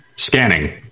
Scanning